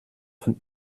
von